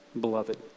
beloved